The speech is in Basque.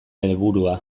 helburua